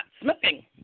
smoking